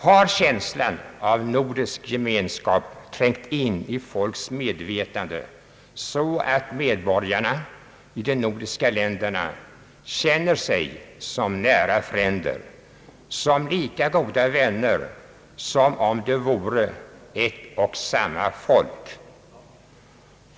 Har känslan av nordisk gemenskap trängt in i folks medvetande så att medborgarna i de nordiska länderna känner sig som nära fränder, som lika goda vänner som om de vore ett och samma folk?